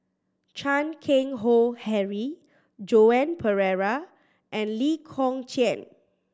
Chan Keng Howe Harry Joan Pereira and Lee Kong Chian